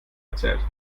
erzählt